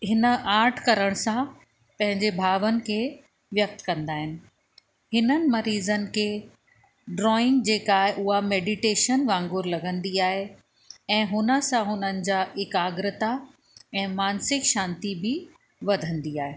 हिन आर्ट करण सां पंहिंजे भावनि खे व्यक्त कंदा आहिनि हिननि मरीजनि के ड्रॉइंग जेका आहे उहा मेडीटेशन वांगुरु लॻंदी आहे ऐं हुन सां हुननि जा एकाग्रता ऐं मानसिक शांती बि वधंदी आहे